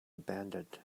abandoned